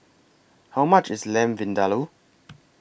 How much IS Lamb Vindaloo